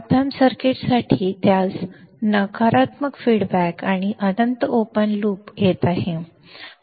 op amp सर्किटसाठी त्यास नकारात्मक फीडबॅक अभिप्राय आणि अनंत ओपन लूप येत आहे